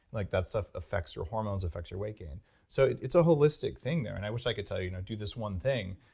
like that stuff affects your hormones, affects your weight gain so it's a holistic thing there and i wish i could tell you do this one thing.